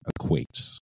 equates